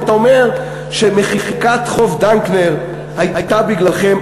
אתה אומר שמחיקת חוב דנקנר הייתה בגללכם.